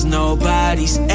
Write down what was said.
nobody's